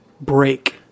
break